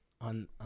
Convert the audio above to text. on